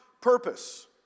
purpose